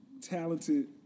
talented